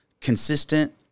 consistent